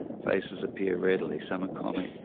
faces appear readily, some are comic,